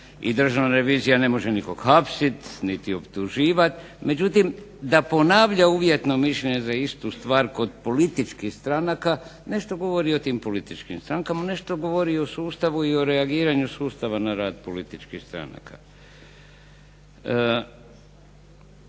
i Državna revizija ne može nikoga hapsiti niti optuživati, međutim da ponavlja uvjetno mišljenje za istu stvar kod političkih stranaka nešto govori o tim političkim strankama, nešto govori i o sustavu i o reagiranju sustava na rad političkih stranaka.